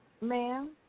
ma'am